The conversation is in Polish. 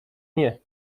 nie